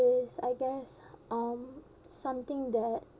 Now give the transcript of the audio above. I guess um something that